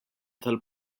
tal